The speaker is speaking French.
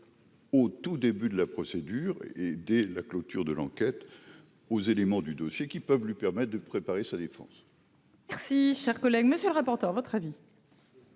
au tout début de la procédure et dès la clôture de l'enquête aux éléments du dossier qui peuvent lui permettent de préparer sa défense. Merci, chers collègues, monsieur le rapporteur, votre avis.